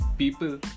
people